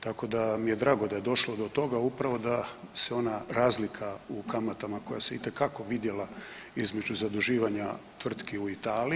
Tako da mi je drago da je došlo do toga, upravo da se ona razlika u kamatama koja se i te kako vidjela između zaduživanja tvrtki u Italiji.